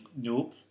Nope